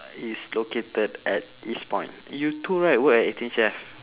it's located at eastpoint you too right work at eighteen chef